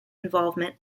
involvement